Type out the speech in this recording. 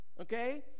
okay